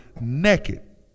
naked